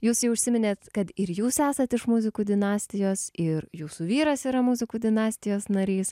jūs jau užsiminėt kad ir jūs esat iš muzikų dinastijos ir jūsų vyras yra muzikų dinastijos narys